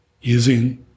using